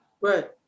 right